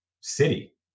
city